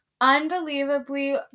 unbelievably